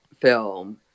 film